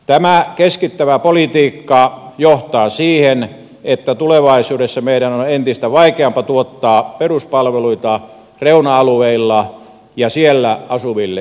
tämä keskittävä politiikka johtaa siihen että tulevaisuudessa meidän on entistä vaikeampaa tuottaa peruspalveluita reuna alueilla ja siellä asuville ihmisille